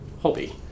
hobby